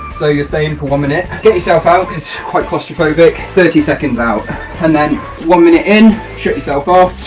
so you're staying in for one minute, get yourself out it's quite claustrophobic thirty seconds out and then one minute in shut yourself off,